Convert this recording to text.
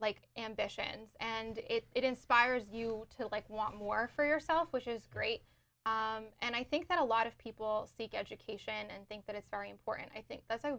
like ambitions and it inspires you to like want more for yourself which is great and i think that a lot of people seek education and think that it's very important i think that's a